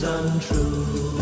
untrue